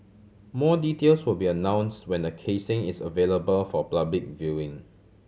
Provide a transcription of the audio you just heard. more details will be announce when the casing is available for public viewing